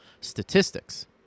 statistics